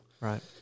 Right